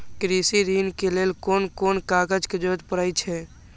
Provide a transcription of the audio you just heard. कृषि ऋण के लेल कोन कोन कागज के जरुरत परे छै?